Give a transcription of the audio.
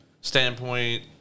standpoint